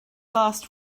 last